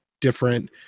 different